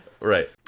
Right